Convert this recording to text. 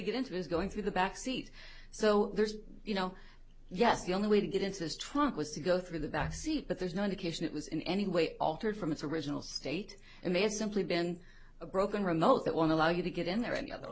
get into is going through the back seat so there's you know yes the only way to get into this truck was to go through the back seat but there's no indication it was in any way altered from its original state and may have simply been a broken remote that one allow you to get in there any other